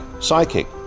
Psychic